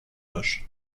loches